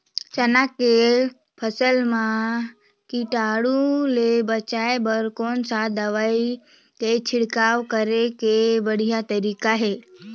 चाना के फसल मा कीटाणु ले बचाय बर कोन सा दवाई के छिड़काव करे के बढ़िया तरीका हे?